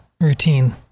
routine